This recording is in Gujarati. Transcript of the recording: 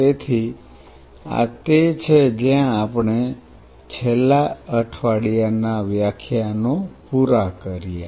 તેથી આ તે છે જ્યાં આપણે છેલ્લા અઠવાડિયાના વ્યાખ્યાનો પુરા કર્યા